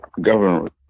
Governor